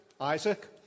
Isaac